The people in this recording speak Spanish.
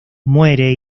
muere